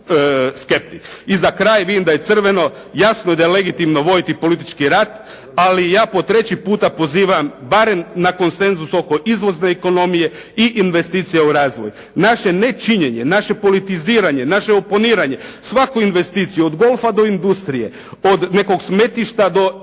I za kraj vidim da je crveno, jasno je da je legitimno voditi politički rat, ali ja po treći puta pozivam barem na konsenzus oko izvozne ekonomije i investicije u razvoj. Naše nečinjenje, naše politiziranje, naše oponiranje, svaku investiciju od golfa do industrije, od nekog smetlišta do energetskog